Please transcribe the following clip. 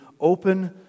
open